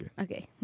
Okay